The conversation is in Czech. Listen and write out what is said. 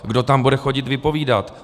Kdo tam bude chodit vypovídat?